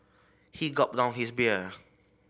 he gulped down his beer